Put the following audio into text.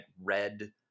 red